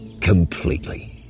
completely